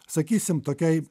sakysim tokiai